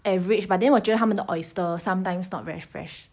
average but then 我觉得他们的 oyster sometimes not very fresh